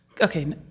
okay